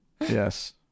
Yes